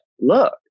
look